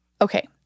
Okay